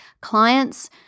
clients